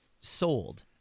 sold